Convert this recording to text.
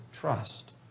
trust